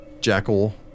jackal